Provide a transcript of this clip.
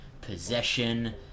possession